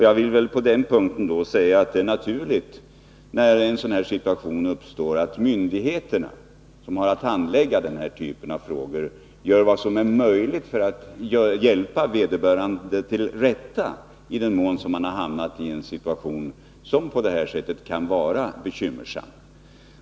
Jag vill i detta sammanhang säga att det är naturligt, när en sådan här situation uppstår, att de myndigheter som har att handlägga den här typen av frågor gör vad som är möjligt för att hjälpa vederbörande till rätta, om vederbörande hamnat i ett så bekymmersamt läge som familjen i det aktuella fallet.